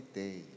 day